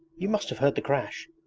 you must have heard the crash